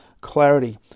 clarity